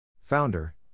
founder